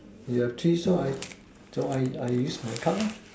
you have three so I so I use my card lah